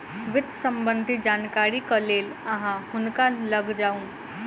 वित्त सम्बन्धी जानकारीक लेल अहाँ हुनका लग जाऊ